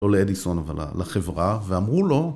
לא לאדיסון אבל לחברה ואמרו לו